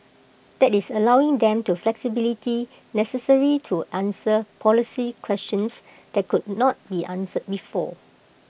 that is allowing them the flexibility necessary to answer policy questions that could not be answered before